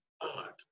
Odd